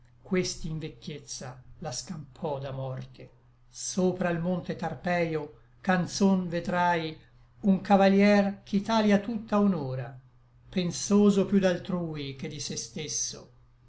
questi in vecchiezza la scampò da morte sopra l monte tarpeio canzon vedrai un cavalier ch'italia tutta honora pensoso piú d'altrui che di se stesso